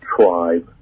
tribe